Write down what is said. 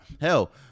hell